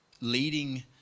leading